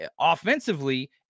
offensively